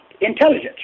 intelligence